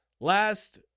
Last